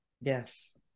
yes